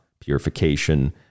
purification